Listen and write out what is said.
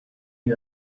you